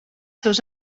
seus